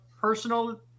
personal